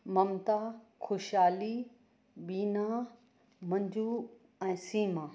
ममता खुशहाली बीना मंजू ऐं सीमा